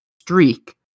streak